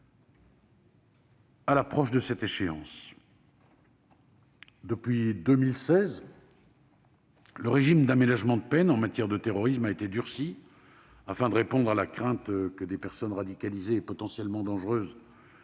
série d'actions terroristes, le régime d'aménagement de peine en matière de terrorisme a été durci afin de répondre à la crainte que des personnes radicalisées et potentiellement dangereuses